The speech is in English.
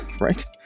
right